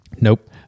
Nope